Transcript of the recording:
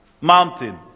mountain